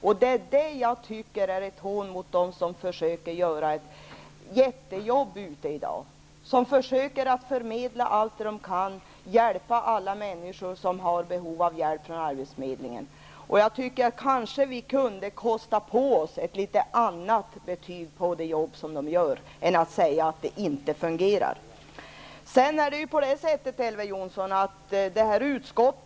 Det är just det som jag tycker är ett hån mot dem som försöker göra ett jättejobb i dag, som försöker förmedla så många arbeten som möjligt och hjälpa alla människor som har behov av insatser från arbetsförmedlingen. Jag tycker nog att vi skulle kunna kosta på oss att ge det jobb som arbetsförmedlarna gör ett bättre betyg. Vi får alltså inte bara säga att det inte fungerar.